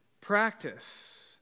practice